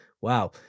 Wow